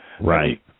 Right